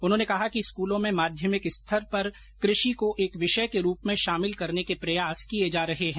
उन्होंने कहा कि स्कूलों में माध्यमिक स्तर पर कृषि को एक विषय के रूप में शामिल करने के प्रयास किए जा रहे हैं